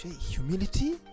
humility